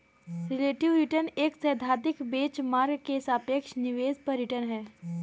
relative return एक सैद्धांतिक benchmark के सापेक्ष निवेश पर रिटर्न है